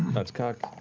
that's cocked.